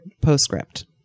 postscript